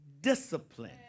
discipline